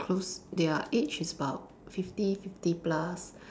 close their age is about fifty fifty plus